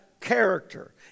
character